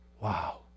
Wow